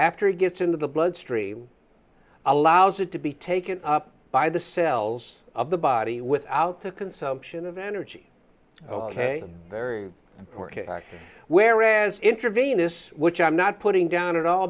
after it gets into the bloodstream allows it to be taken up by the cells of the body without the consumption of energy ok very important whereas intravenous which i'm not putting down at all